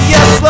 Yes